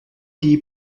die